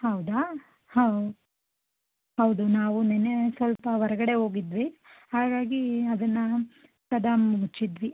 ಹೌದಾ ಹೌದು ನಾವು ನಿನ್ನೆ ಸ್ವಲ್ಪ ಹೊರಗಡೆ ಹೋಗಿದ್ವಿ ಹಾಗಾಗಿ ಅದನ್ನು ಕದ ಮುಚ್ಚಿದ್ವಿ